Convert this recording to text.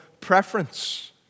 preference